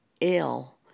ill